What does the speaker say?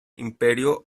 imperio